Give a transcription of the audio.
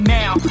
now